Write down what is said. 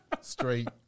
straight